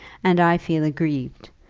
and i feel aggrieved.